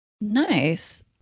Nice